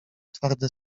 twarde